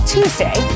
Tuesday